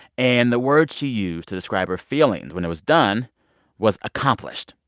and the word she used to describe her feelings when it was done was accomplished.